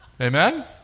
amen